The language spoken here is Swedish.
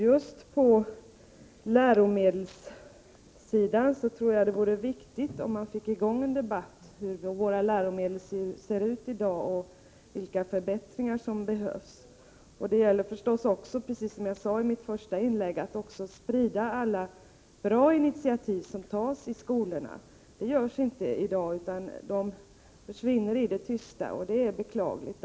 Just på läromedelssidan vore det viktigt att få i gång en debatt om hur våra läromedel ser ut i dag och vilka förbättringar som behövs. Det gäller förstås, precis som jag sade i mitt första inlägg, att sprida alla bra initiativ som tas i skolorna. Det görs inte i dag, utan förslagen försvinner i det tysta. Det är beklagligt.